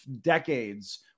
decades